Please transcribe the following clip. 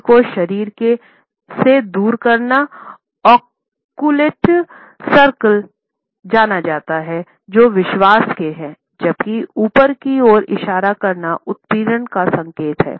उंगली को शरीर से दूर करना ओकुलट सर्किल जाना जाता है जो विश्वास के हैं जबकि ऊपर की ओर इशारा करना उत्पीड़न का संकेत है